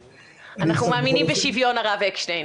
אנחנו מאמינות בשוויון הרב אקשטיין.